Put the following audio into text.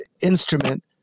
instrument